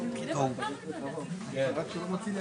הפסקה.